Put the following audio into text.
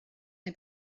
neu